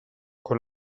con